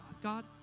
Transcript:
God